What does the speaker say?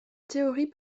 théorie